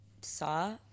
saw